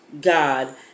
god